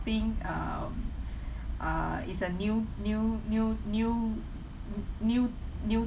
um uh is a new new new new new new